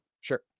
Sure